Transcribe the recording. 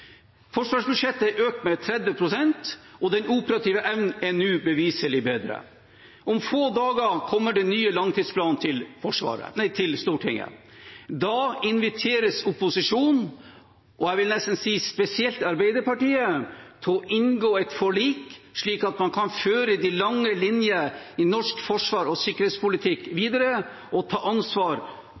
Forsvarsbudsjettet er økt med 30 pst., og den operative evnen er nå beviselig bedre. Om få dager kommer den nye langtidsplanen til Stortinget. Da inviteres opposisjonen, og jeg vil nesten si spesielt Arbeiderpartiet, til å inngå et forlik, slik at man kan føre de lange linjene i norsk forsvars- og sikkerhetspolitikk videre og ta tverrpolitisk ansvar